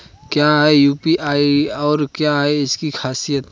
क्या है यू.पी.आई और क्या है इसकी खासियत?